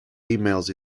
emails